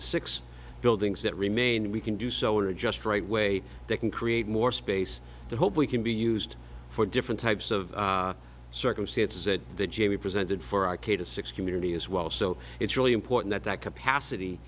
to six buildings that remain we can do so or just right way they can create more space the hope we can be used for different types of circumstances that jamie presented for arcade a six community as well so it's really important that capacity